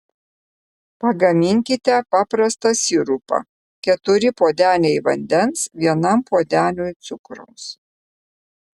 pagaminkite paprastą sirupą keturi puodeliai vandens vienam puodeliui cukraus